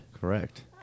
Correct